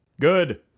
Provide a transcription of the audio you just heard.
Good